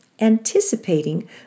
anticipating